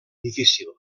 difícil